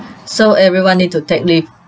so everyone need to take leave